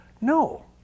No